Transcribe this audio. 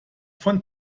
von